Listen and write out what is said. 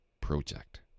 project